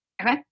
Okay